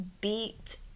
beat